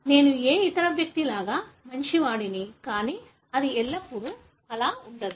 నేను ఏ ఇతర వ్యక్తిలాగా మంచివాడిని కానీ అది ఎల్లప్పుడూ అలా ఉండదు